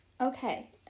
Okay